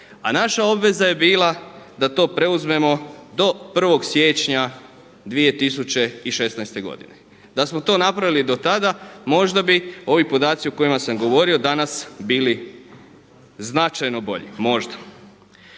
a naša obveza je bila da to preuzmemo do 1. siječnja 2016. godine. Da smo to napravili do tada možda bi ovi podaci o kojima sam govorio danas bili značajno bolji, možda.